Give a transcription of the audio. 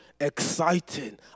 exciting